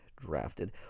drafted